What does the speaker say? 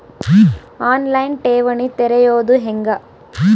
On line ಠೇವಣಿ ತೆರೆಯೋದು ಹೆಂಗ?